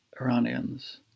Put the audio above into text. Iranians